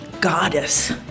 goddess